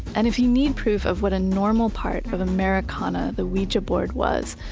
and if you need proof of what a normal part of americana the ouija board was,